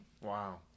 Wow